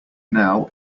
now